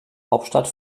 hauptstadt